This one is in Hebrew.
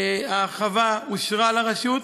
ההרחבה אושרה לרשות.